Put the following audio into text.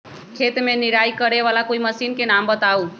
खेत मे निराई करे वाला कोई मशीन के नाम बताऊ?